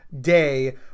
day